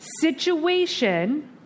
situation